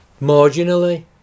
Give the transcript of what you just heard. marginally